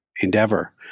endeavor